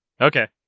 Okay